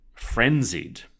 frenzied